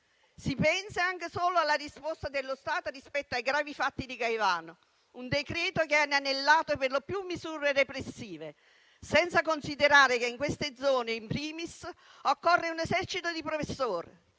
Si pensi anche solo alla risposta dello Stato rispetto ai gravi fatti di Caivano: un provvedimento che ha inanellato per lo più misure repressive, senza considerare che, in queste zone *in primis*, occorre un esercito di professori.